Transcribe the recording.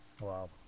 Wow